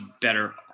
better